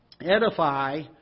Edify